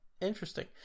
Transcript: Interesting